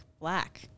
black